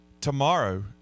tomorrow